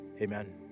amen